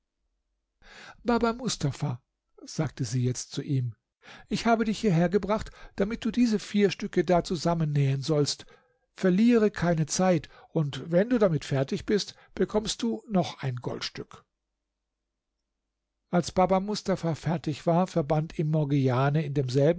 baba mustafa sagte sie jetzt zu ihm ich habe dich hierher gebracht damit du diese vier stücke da zusammennähen sollst verliere keine zeit und wenn du damit fertig bist bekommst du noch ein goldstück als baba mustafa fertig war verband ihm die morgiane in demselben